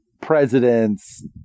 presidents